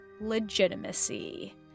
legitimacy